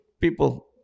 people